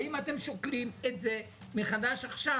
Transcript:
האם אתם שוקלים את זה מחדש עכשיו?